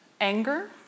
anger